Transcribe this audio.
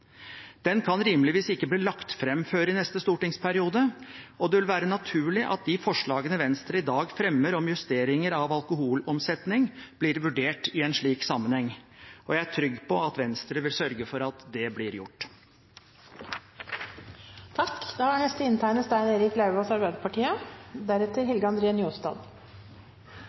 Den kan rimeligvis ikke bli lagt frem før i neste stortingsperiode. Det vil være naturlig at de forslagene Venstre i dag fremmer om justeringer av alkoholomsetning, blir vurdert i en slik sammenheng, og jeg er trygg på at Venstre vil sørge for at det blir